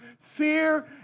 Fear